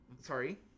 Sorry